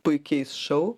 puikiais šou